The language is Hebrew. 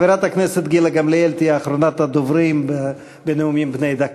חברת הכנסת גילה גמליאל תהיה אחרונת הדוברים בנאומים בני דקה.